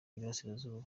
iburasirazuba